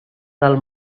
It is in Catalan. del